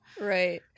right